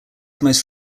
most